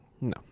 No